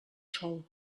sol